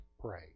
pray